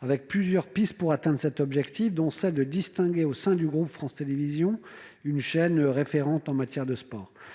J'avais envisagé plusieurs pistes pour atteindre cet objectif, notamment celle de distinguer, au sein du groupe France Télévisions, une chaîne référente en la matière. Les